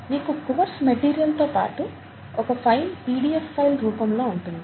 మీకు కోర్స్ మెటీరియల్తో పాటు ఒక ఫైల్ పిడిఎఫ్ ఫైల్ రూపంలో ఉంటుంది